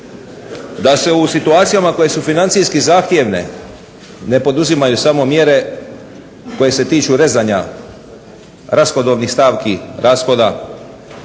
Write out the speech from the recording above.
da se u situacijama koje su financijski zahtjevne ne poduzimaju samo mjere koje se tiču rezanja rashodovnih stavki rashoda